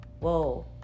whoa